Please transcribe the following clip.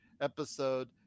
episode